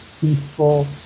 peaceful